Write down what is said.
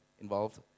involved